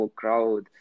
crowd